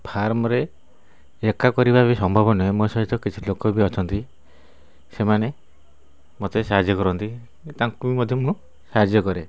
ଫାର୍ମ୍ରେ ଏକା କରିବା ବି ସମ୍ଭବ ନୁହେଁ ମୋ ସହିତ କିଛି ଲୋକ ବି ଅଛନ୍ତି ସେମାନେ ମୋତେ ସାହାଯ୍ୟ କରନ୍ତି ତାଙ୍କୁ ମଧ୍ୟ ମୁଁ ସାହାଯ୍ୟ କରେ